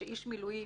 כשאיש מילואים